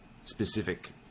specific